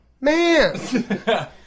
man